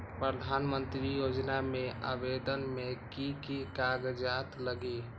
प्रधानमंत्री योजना में आवेदन मे की की कागज़ात लगी?